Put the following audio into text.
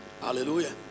hallelujah